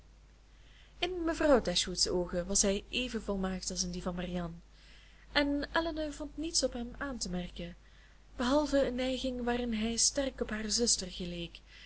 in mevrouw dashwood's oogen was hij even volmaakt als in die van marianne en elinor vond niets op hem aan te merken behalve een neiging waarin hij sterk op haar zuster geleek